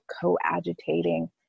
co-agitating